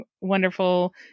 wonderful